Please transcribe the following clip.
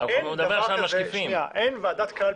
הוא לא מדבר על חברי ועדה.